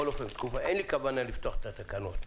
אין לי כוונה לפתוח את התקנות.